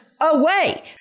away